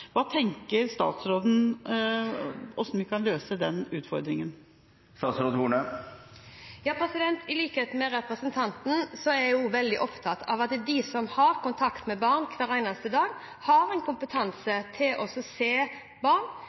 Hva tenker statsråden rundt hvordan vi kan løse den utfordringen? I likhet med representanten er jeg veldig opptatt av at de som har kontakt med barn hver eneste dag, har en kompetanse til å se barn,